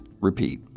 repeat